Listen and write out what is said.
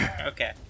Okay